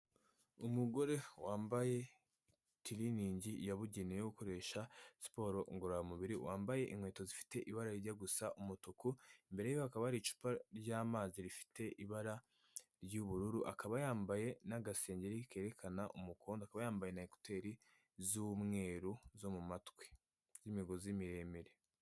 Umugore wambaye tiriningi yabugenewe yo gukoresha siporo ngororamubiri, wambaye inkweto zifite ibara rijya gusa umutuku, imbere hakaba hari icupa ry'amazi rifite ibara ry'ubururu, akaba yambaye n'agasengeri kerekana umukondo, umukobwa akaba yambaye ekuteri z'umweru zo mu matwi z'imigozi miremire.